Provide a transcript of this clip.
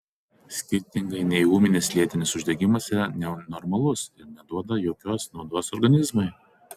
skirtingai nei ūminis lėtinis uždegimas yra nenormalus ir neduoda jokios naudos organizmui